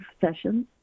sessions